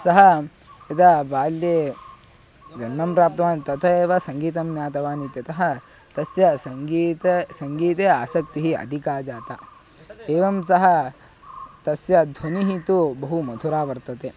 सः यदा बाल्ये जन्मं प्राप्तवान् तदा एव सङ्गीतं ज्ञातवान् इत्यतः तस्य सङ्गीते सङ्गीते आसक्तिः अधिका जाता एवं सः तस्य ध्वनिः तु बहु मधुरा वर्तते